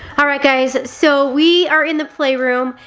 alright guys, so we are in the playroom,